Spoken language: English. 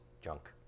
junk